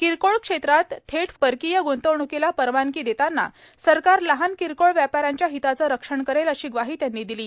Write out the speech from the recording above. किरकोळ क्षेत्रात थेट परकीय ग्रंतवण्रकीला परवानगी देताना सरकार लहान किरकोळ व्यापाऱ्यांच्या हिताचं रक्षण करेल अशी ग्वाही त्यांनी दिली